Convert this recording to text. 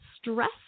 stress